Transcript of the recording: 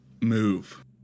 move